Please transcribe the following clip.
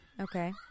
Okay